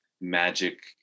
magic